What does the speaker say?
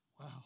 Wow